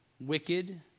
wicked